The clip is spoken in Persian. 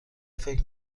فکر